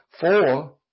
four